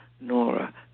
Nora